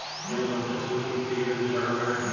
call ব্যবছা শুরু ক্যইরতে গ্যালে যে টাকা ল্যাগে